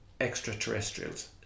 extraterrestrials